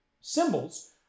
symbols